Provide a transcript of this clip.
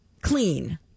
clean